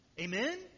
Amen